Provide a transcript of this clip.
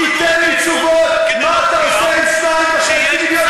תן לי תשובות מה אתה עושה עם 2.5 מיליון